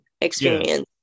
experience